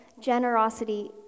generosity